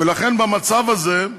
לכן, במצב הזה,